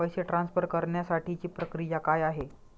पैसे ट्रान्सफर करण्यासाठीची प्रक्रिया काय आहे?